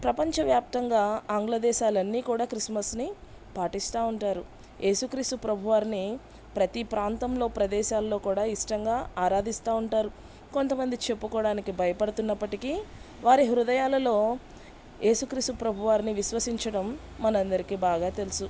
ప్రపంచవ్యాప్తంగా ఆంగ్ల దేశాలన్నీ కూడా క్రిస్మస్ని పాటిస్తూ ఉంటారు ఏసుక్రీసు ప్రభువారిని ప్రతీ ప్రాంతంలో ప్రదేశాల్లో కూడా ఇష్టంగా ఆరాధిస్తూ ఉంటారు కొంతమంది చెప్పుకోవడానికి భయపడుతున్నప్పటికీ వారి హృదయాలలో ఏసుక్రీసు ప్రభువారిని విశ్వసించడం మనందరికీ బాగా తెలుసు